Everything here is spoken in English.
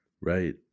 Right